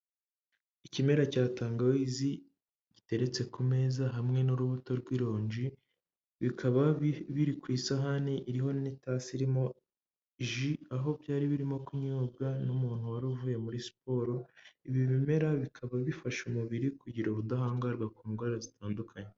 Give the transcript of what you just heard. Ikimera cya tangawizi giteretse ku meza hamwe n'urubuto rw'ironji bikaba biri ku isahani iriho n'itasi irimo ji, aho byari birimo kunyobwa n'umuntu wari uvuye muri siporo, ibi bimera bikaba bifasha umubiri kugira ubudahangarwa ku ndwara zitandukanye.